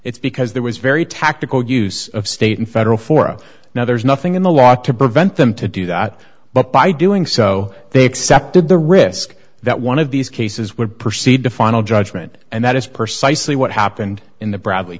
it's because there was very tactical use of state and federal fora now there's nothing in the law to prevent them to do that but by doing so they accepted the risk that one of these cases would proceed to final judgment and that is personally what happened in the bradley